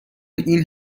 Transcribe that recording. این